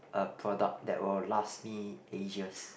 a product that will last me ages